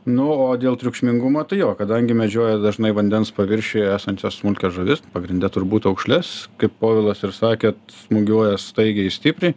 nu o dėl triukšmingumo tai jo kadangi medžioja dažnai vandens paviršiuje esančias smulkias žuvis pagrinde turbūt aukšles kaip povilas ir sakė smūgiuoja staigiai stipriai